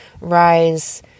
rise